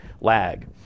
lag